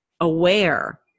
aware